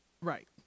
Right